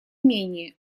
менее